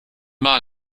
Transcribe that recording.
mal